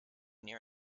near